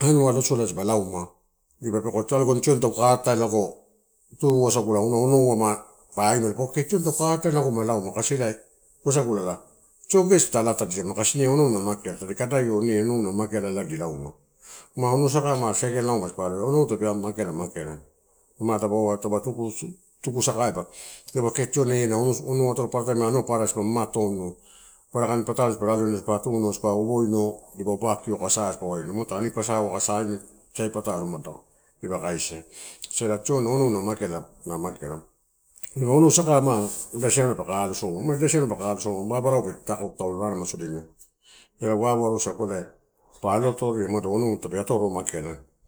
anua losola dipa laumu dipa pekoio alogani tioni taupaka atae lago onouai, kee tioni tagiu ka ataenu lago ma pe lauma. Ito lala kasi wasagu tio gesi ta alatadiam tadi lauma. Kasi onounumageala, ela tadi kada ioma ine onou na mageala ela di lauma. Ma onou sakai ma seu lauma dipa lauma? Onou tape mageala ela mageala tuku sakaiba dipaua kee tioni ena onou atoro papara dipa mamatoa ino. Papara kain patalo dipa alo dipa atuno asa uboino asa dipa obakio akasa ani posaneu akasa sai patalo dipa kaisi dipaua. Onou saka ma ida siamela paka alosomai a, ma ida siamela paka alosomaia, ma ida siamela paka alosomaia aburan pe tatakaku raremasodina la wawareosagu ela pa aloatoria onou tape otoro ela mageala.